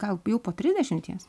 gal jau po trisdešimties